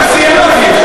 לא סיימתי.